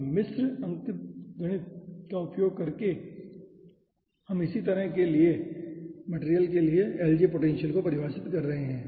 अब मिश्र अंकगणित का उपयोग करके हम इसी तरह के मटेरियल के लिए LJ पोटेंशियल को परिभाषित कर रहे हैं